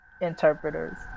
interpreters